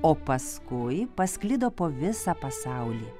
o paskui pasklido po visą pasaulį